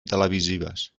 televisives